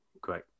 Great